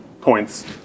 points